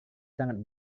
sangat